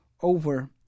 over